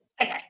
Okay